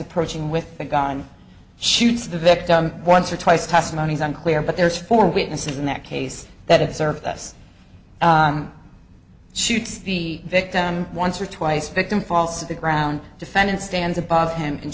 approaching with a gun shoots the victim once or twice testimonies unclear but there's four witnesses in that case that it served us shoots the victim once or twice victim falls to the ground defendant stands above him and